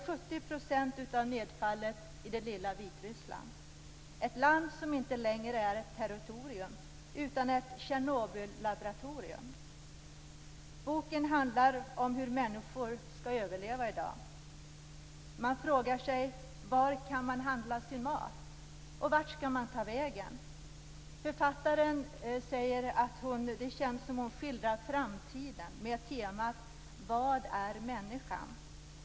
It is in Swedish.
70 % av nedfallet i det lilla Vitryssland, ett land som inte längre är ett territorium utan ett Tjernobyllaboratorium. Boken handlar om hur människor försöker överleva i dag. Man frågar sig: Var kan man handla sin mat, och vart skall man ta vägen? Författaren säger att det känns som om hon skildrar framtiden med temat: Vad är människan?